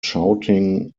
shouting